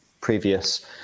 previous